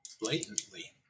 Blatantly